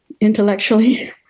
intellectually